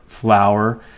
flour